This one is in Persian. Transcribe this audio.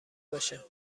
باشه